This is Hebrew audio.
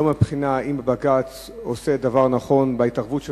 לא מהבחינה אם בג"ץ עושה דבר נכון בהתערבות שלו,